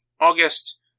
August